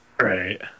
Right